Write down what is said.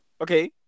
Okay